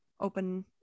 open